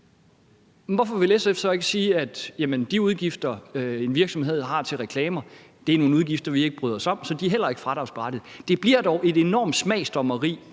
Hvorfor vil SF så ikke sige, at de udgifter, en virksomhed har til reklamer, er nogle udgifter, man ikke bryder sig om, så de skal heller ikke være fradragsberettigede? Det bliver dog et enormt smagsdommeri,